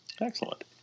Excellent